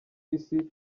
isi